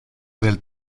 del